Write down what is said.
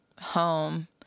home